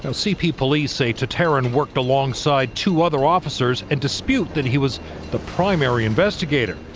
so cp police say tataryn worked alongside two other officers and dispute that he was the primary investigator.